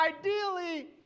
Ideally